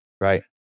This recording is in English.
Right